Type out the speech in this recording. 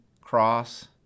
cross